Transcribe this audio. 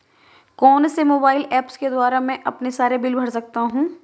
कौनसे mobile apps के द्वारा मैं अपने सारे बिल भर सकता हूं?